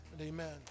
amen